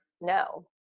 no